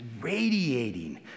radiating